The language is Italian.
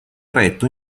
eretto